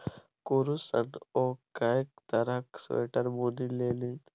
कुरूश सँ ओ कैक तरहक स्वेटर बुनि लेलनि